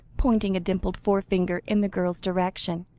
pointing a dimpled forefinger in the girl's direction,